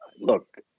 Look